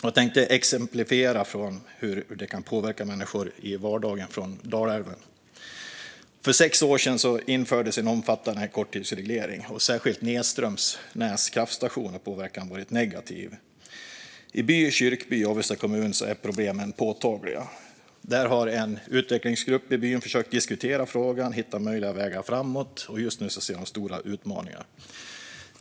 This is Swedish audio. Jag tänkte visa hur det kan påverka människor i vardagen med exempel från Dalälven. För sex år sedan infördes en omfattande korttidsreglering, och särskilt nedströms Näs kraftstation har påverkan varit negativ. I By kyrkby i Avesta kommun är problemen påtagliga. En utvecklingsgrupp i byn har försökt diskutera frågan och hitta möjliga vägar framåt, och just nu ser man stora utmaningar.